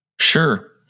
Sure